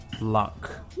Luck